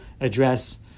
address